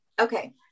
okay